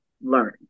Learn